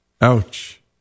Ouch